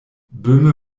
böhme